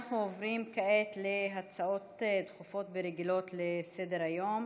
אנחנו עוברים כעת להצעות דחופות ורגילות לסדר-היום.